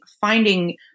finding